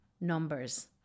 numbers